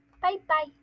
Bye-bye